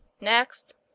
Next